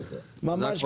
ממש